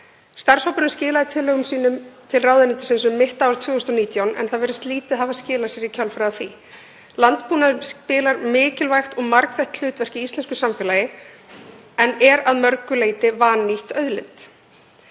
Starfshópurinn skilaði tillögum sínum til ráðuneytisins um mitt ár 2019 en það virðist lítið hafa skilað sér í kjölfarið á því. Landbúnaðurinn spilar mikilvægt og margþætt hlutverk í íslensku samfélagi en er að mörgu leyti vannýtt auðlind.